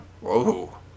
Whoa